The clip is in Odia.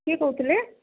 କିଏ କହୁଥିଲେ